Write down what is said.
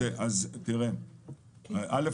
א',